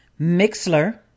Mixler